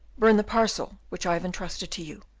burn the parcel which i have intrusted to you.